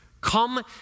Come